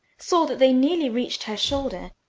saw that they nearly reached her shoulder,